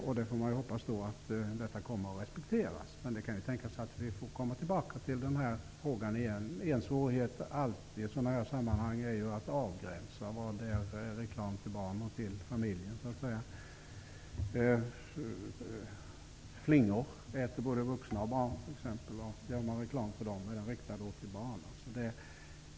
Vi får hoppas att detta kommer att respekteras. Men det kan tänkas att vi får komma tillbaka till den här frågan. En svårighet i sådana här sammanhang är alltid att avgränsa vad som är reklam riktad till barn och till familjen så att säga. Flingor t.ex. äter ju båda vuxna barn. Gör man reklam för flingor, är den då riktad till barn?